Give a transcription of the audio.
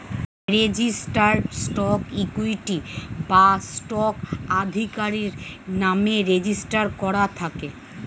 registered stock equity বা stock আধিকারির নামে রেজিস্টার করা থাকে